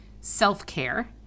self-care